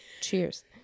Cheers